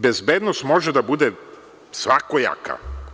Bezbednost može da bude svakojaka.